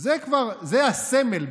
זה הסמל.